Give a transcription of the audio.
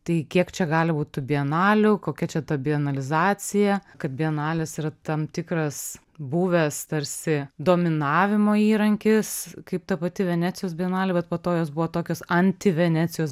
tai kiek čia gali būti tų bienalių kokia čia ta bienalizacija kad bienalės yra tam tikras buvęs tarsi dominavimo įrankis kaip ta pati venecijos bienalė bet po to jos buvo tokios anti venecijos